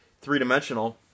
three-dimensional